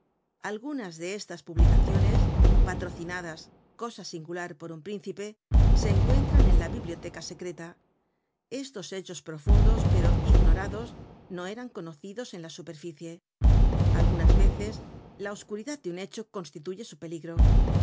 algunas de estas publicaciones patrocinadas cosa singular por un príncipe se encuentran en la biblioteca secreta estos hechos profundos pero ignorados no eran conocidos en la superficie algunas veces la oscuridad de un hecho constituye su peligro